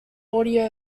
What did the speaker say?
audio